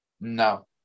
No